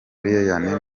ryan